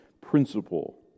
principle